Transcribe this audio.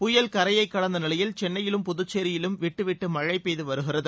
புயல் கரையை கடந்த நிலையில் சென்னையிலும் புதுச்சேரியிலும் விட்டுவிட்டு மழை பெய்து வருகிறது